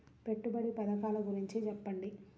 పెట్టుబడి పథకాల గురించి చెప్పండి?